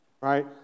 right